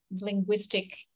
linguistic